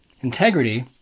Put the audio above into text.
integrity